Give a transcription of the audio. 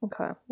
Okay